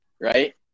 right